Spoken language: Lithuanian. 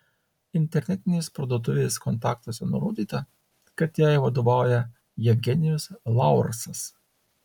internetinės parduotuvės kontaktuose nurodyta kad jai vadovauja jevgenijus laursas